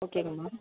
ஓகேங்கம்மா